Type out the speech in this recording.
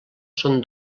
són